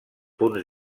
punts